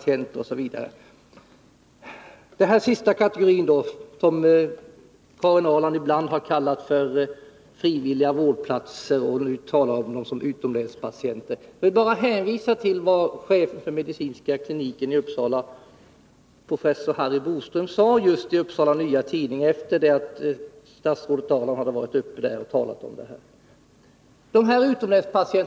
Beträffande den kategori som Karin Ahrland ibland har kallat frivilliga vårdplatser och nu talar om som utomlänspatienter hänvisar jag till vad chefen för medicinska kliniken i Uppsala, professor Harry Boström, sade i Upsala Nya Tidning efter det att statsrådet Ahrland hade varit i Uppsala och talat om den här frågan.